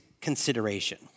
consideration